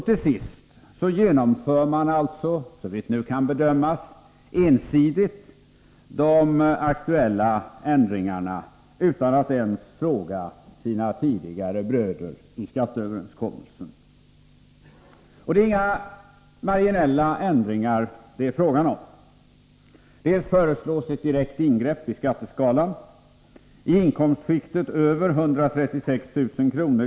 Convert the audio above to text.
Till sist genomför man alltså, såvitt nu kan bedömas, ensidigt de aktuella ändringarna utan att ens fråga sina tidigare bröder i skatteöverenskommelsen. Det är inga marginella ändringar det är fråga om — dels föreslås ett direkt ingrepp i skatteskalan innebärande att i inkomstskikten över 136 000 kr.